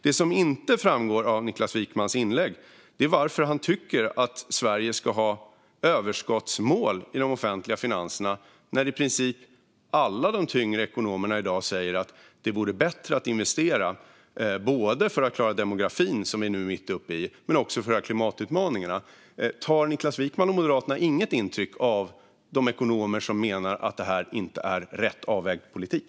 Det som inte framgick av Niklas Wykmans inlägg var varför han tycker att Sverige ska ha överskottsmål i de offentliga finanserna när i princip alla de tyngre ekonomerna i dag säger att det vore bättre att investera, både för att klara demografin, som vi nu är mitt uppe i, och för att klara klimatutmaningarna. Tar Niklas Wykman och Moderaterna inget intryck av de ekonomer som menar att detta inte är rätt avvägd politik?